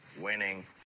winning